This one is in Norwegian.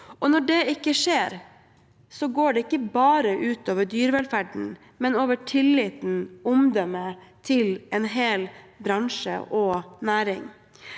Når det ikke skjer, går det ikke bare ut over dyrevelferden, det går ut over tilliten og omdømmet til en hel bransje og næring.